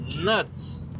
nuts